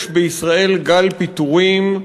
יש בישראל גל פיטורים,